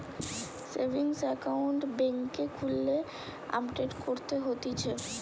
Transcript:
savings account বেংকে খুললে update করতে হতিছে